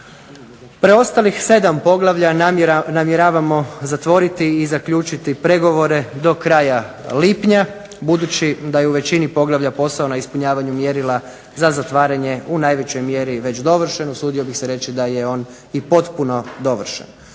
Preostalih 7 poglavlja namjeravamo zatvoriti i zaključiti pregovore do kraja lipnja. Budući da je u većini poglavlja posao na ispunjavanju mjerila za zatvaranje u najvećoj mjeri već dovršeno usudio bih se reći da je on i potpuno dovršen.